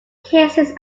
cases